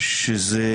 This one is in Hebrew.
שזה